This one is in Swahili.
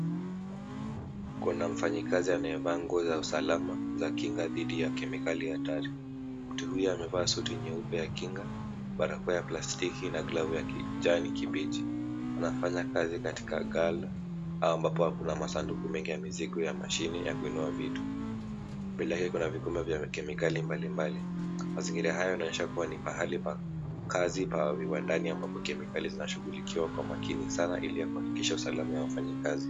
Kuna mfanyikazi amevaa nguo za usalama za Kinga dhidi ya kemikali hatari mtu huyu amevaa suti nyeupe ya kinga, barakoa ya plastiki na glavu ya kijani kibichi anafanya kazi katika